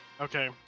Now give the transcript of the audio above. Okay